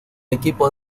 equipo